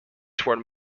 toward